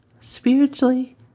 spiritually